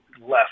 left